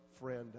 friend